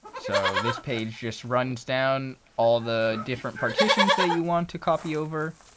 so this page just runs down all the different partitions that you want to copy over